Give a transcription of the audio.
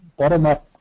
bottom up